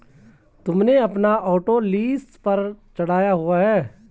तुमने अपना auto lease पर चढ़ाया हुआ है?